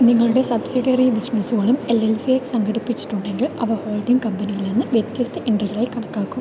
നിങ്ങളുടെ സബ്സിഡിയറി ബിസിനസുകളും L L C ആയി സംഘടിപ്പിച്ചിട്ടുണ്ടെങ്കിൽ അവ ഹോൾഡിംഗ് കമ്പനിയിൽ നിന്ന് വ്യത്യസ്ത എൻട്രികളായി കണക്കാക്കും